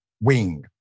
wing